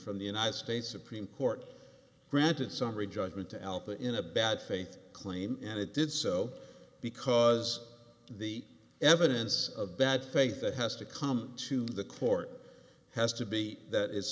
from the united states supreme court granted summary judgment to alpha in a bad faith claim and it did so because the evidence of bad faith that has to come to the court has to be that i